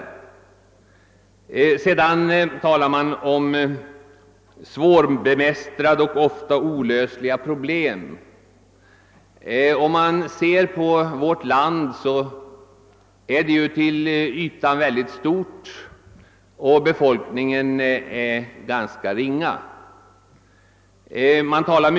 Vidare talas det om svårbemästrade, ofta olösliga problem. Vårt land är stort till ytan, men befolkningen är ganska fåtalig.